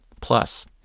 Plus